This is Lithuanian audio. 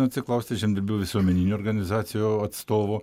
atsiklausti žemdirbių visuomeninių organizacijų atstovo